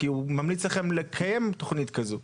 כי הוא ממליץ לכם לקיים תוכנית כזו.